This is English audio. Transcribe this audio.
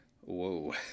Whoa